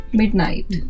midnight